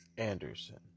Anderson